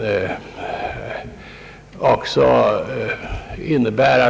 är väl ganska förklarligt.